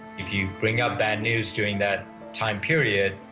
if you bring up bad news during that time period,